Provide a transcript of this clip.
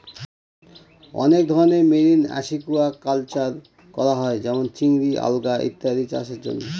অনেক ধরনের marine aquaculture করা হয় যেমন চিংড়ি, আলগা ইত্যাদি চাষের জন্য